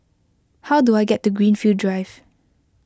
how do I get to Greenfield Drive